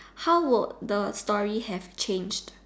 how would the story have changed